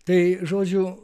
tai žodžiu